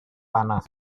panas